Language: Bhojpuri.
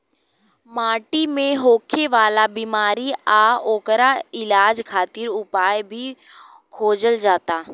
माटी मे होखे वाला बिमारी आ ओकर इलाज खातिर उपाय भी खोजल जाता